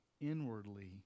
inwardly